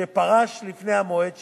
שפרש לפני המועד שייקבע,